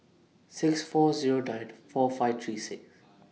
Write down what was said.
six four Zero nine four five three six